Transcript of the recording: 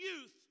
youth